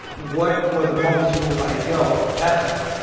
what were the moments where you were like, yo, eff